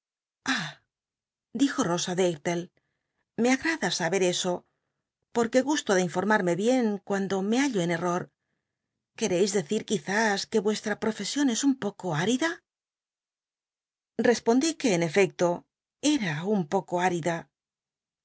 ijo osa darllc me agrada saber eso porque gusto de informarme bien cuando me str r hallo en error queréis decir quizás que yiic profcsion es un poco árida nespondí que en efecto era un poco árida